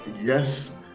Yes